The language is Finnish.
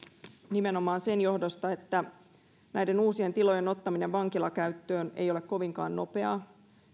nimenomaan sen johdosta että näiden uusien tilojen ottaminen vankilakäyttöön ei ole kovinkaan nopeaa